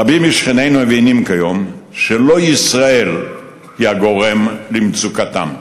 רבים משכנינו מבינים כיום שלא ישראל היא הגורם למצוקתם.